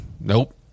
nope